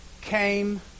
came